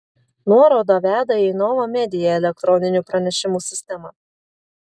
nuoroda veda į nova media elektroninių pranešimų sistemą